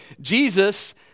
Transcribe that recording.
Jesus